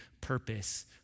purpose